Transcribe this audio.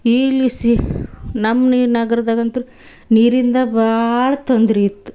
ನಮ್ಮ ಈ ನಗರ್ದಾಗ ಅಂತೂ ನೀರಿಂದು ಭಾಳ ತೊಂದ್ರೆ ಇತ್ತು